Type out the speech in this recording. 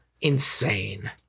insane